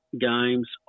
games